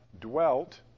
dwelt